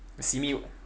simi